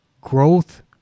growth